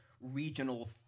regional